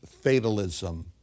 fatalism